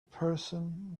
person